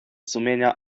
sumienia